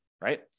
right